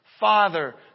Father